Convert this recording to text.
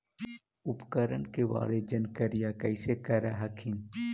उपकरण के बारे जानकारीया कैसे कर हखिन?